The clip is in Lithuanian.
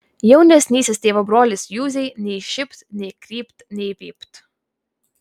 jaunesnysis tėvo brolis juzei nei šypt nei krypt nei vypt